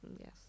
Yes